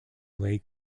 lay